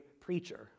preacher